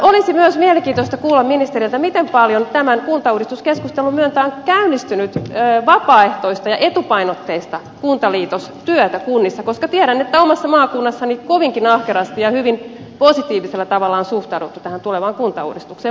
olisi myös mielenkiintoista kuulla ministeriltä miten paljon tämän kuntauudistuskeskustelun myötä on käynnistynyt vapaaehtoista ja etupainotteista kuntaliitostyötä kunnissa koska tiedän että omassa maakunnassani monissa kunnissa kovinkin ahkerasti ja hyvin positiivisella tavalla on suhtauduttu tähän tulevaan kuntauudistukseen